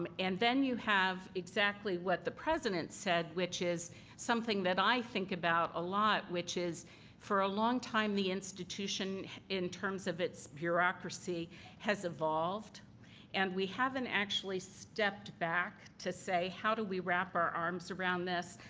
um and then you have exactly what the president said which is something that i think about a lot which is for a long time, the institution in terms of its bureaucracy has evolved and we haven't actually stepped back to say how do we wrap our arms around this,